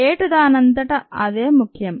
rate దానంతట అదే ముఖ్యం